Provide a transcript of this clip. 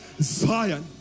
Zion